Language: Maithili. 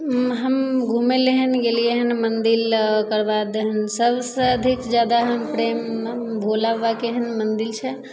हम घुमै ले हँ गेलिए हँ मन्दिर ओकरबाद सबसे अधिक जादा हम प्रेम भोला बाबाके हँ मन्दिर छै